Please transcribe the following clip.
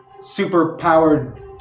super-powered